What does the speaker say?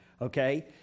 okay